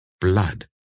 Blood